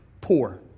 poor